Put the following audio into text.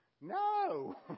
no